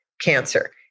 cancer